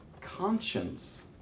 conscience